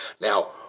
Now